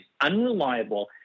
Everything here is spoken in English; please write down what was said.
unreliable